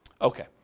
Okay